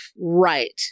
right